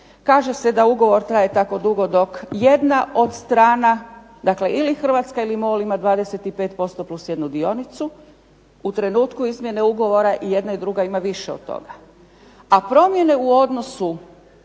Kaže se da ugovor traje tako dugo dok jedan od strana, dakle ili Hrvatska ili MOL ima 25% + jednu dionicu. U trenutku izmjene ugovora ima i jedna i druga ima više od toga. A promjene u odnosu